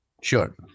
Sure